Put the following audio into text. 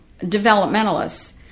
developmentalists